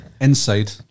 inside